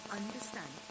understand